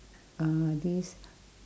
uh this